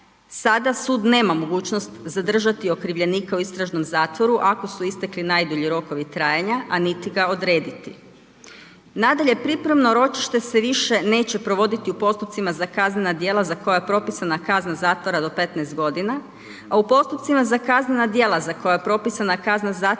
Sada sud nema mogućnost zadržati okrivljenika u istražnom zatvoru ako su istekli najdulji rokovi trajanja a niti ga odrediti. Nadalje, pripremno ročište se više neće provoditi u postupcima za kaznena djela za koja je propisana kazna zatvora do 15 godina. A u postupcima za kaznena djela za koja je propisana kazna zatvora